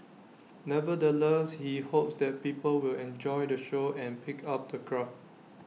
nevertheless he hopes that people will enjoy the show and pick up the craft